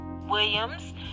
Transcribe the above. williams